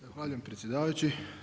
Zahvaljujem predsjedavajući.